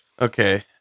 Okay